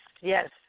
yes